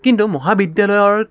কিন্তু মহাবিদ্যালয়ৰ